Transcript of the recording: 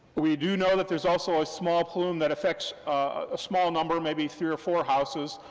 we do know that there's also a small plume that affects a small number, maybe three or four houses,